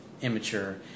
immature